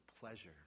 pleasure